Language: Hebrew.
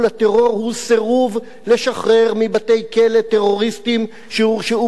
הוא סירוב לשחרר מבתי-כלא טרוריסטים שהורשעו בדין.